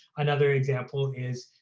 another example is